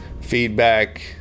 feedback